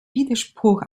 widerspruch